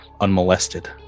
unmolested